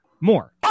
more